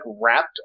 wrapped